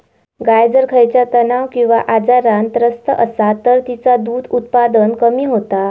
गाय जर खयच्या तणाव किंवा आजारान त्रस्त असात तर तिचा दुध उत्पादन कमी होता